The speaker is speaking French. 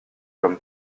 comme